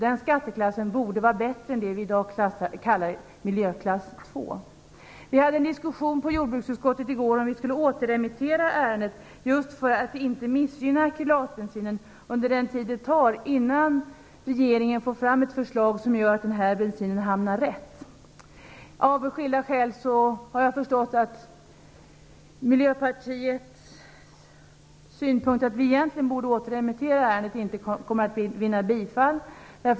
Den skatteklassen borde vara bättre än det vi i dag kallar miljöklass 2. Vi diskuterade i jordbruksutskottet i går om vi skulle återremittera ärendet just för att inte missgynna akrylatbensinen under den tid det tar för regeringen att få fram ett förslag som gör att bensinen hamnar rätt. Jag har förstått att Miljöpartiets synpunkt, dvs. att ärendet egentligen borde återremitteras, av skilda skäl inte kommer att vinna bifall.